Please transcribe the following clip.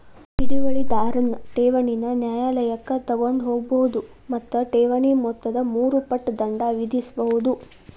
ಹಿಡುವಳಿದಾರನ್ ಠೇವಣಿನ ನ್ಯಾಯಾಲಯಕ್ಕ ತಗೊಂಡ್ ಹೋಗ್ಬೋದು ಮತ್ತ ಠೇವಣಿ ಮೊತ್ತದ ಮೂರು ಪಟ್ ದಂಡ ವಿಧಿಸ್ಬಹುದು